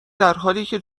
درحالیکه